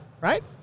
Right